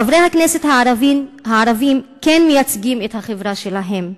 חברי הכנסת הערבים כן מייצגים את החברה שלהם,